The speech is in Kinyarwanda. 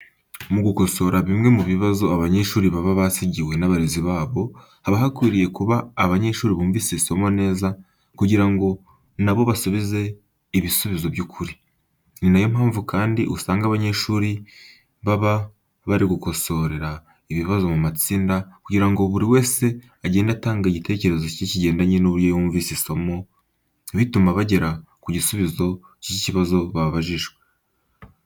Mu gukosora bimwe mu bibazo abanyeshuri baba basigiwe n'abarezi babo, haba hakwiriye kuba abanyeshuri bumvise isomo neza kugira ngo na bo basubize ibisubizo by'ukuri. Ni nayo mpamvu kandi usanga abanyeshuri baba bari gukosorera ibibazo mu matsinda kugira ngo buri wese agende atanga igitekerezo cye kigendanye n'uburyo yumvise isomo bituma bagera ku gisubizo cy'ikibazo babajijwe.